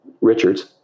Richards